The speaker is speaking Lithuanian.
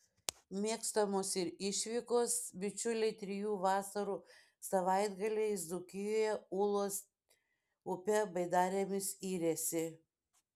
mėgstamos ir išvykos bičiuliai trijų vasarų savaitgaliais dzūkijoje ūlos upe baidarėmis yrėsi